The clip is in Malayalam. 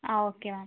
ആ ഓക്കേ മാം